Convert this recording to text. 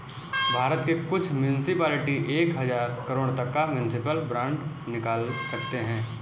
भारत के कुछ मुन्सिपलिटी एक हज़ार करोड़ तक का म्युनिसिपल बांड निकाल सकते हैं